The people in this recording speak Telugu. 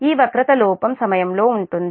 ఈ వక్రత లోపం సమయంలో ఉంటుంది